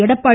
Edappadi